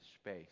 space